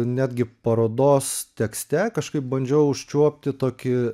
netgi parodos tekste kažkaip bandžiau užčiuopti tokį